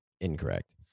incorrect